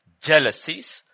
jealousies